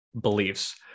beliefs